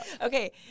Okay